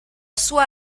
sua